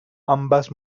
ambas